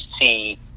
see